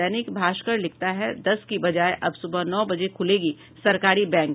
दैनिक भास्कर लिखता है दस की बजाए अब सुबह नौ बजे खुलेंगे सरकारी बैंक